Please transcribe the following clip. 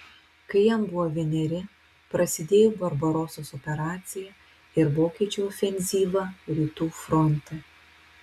kai jam buvo vieneri prasidėjo barbarosos operacija ir vokiečių ofenzyva rytų fronte